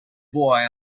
boy